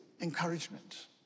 encouragement